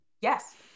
Yes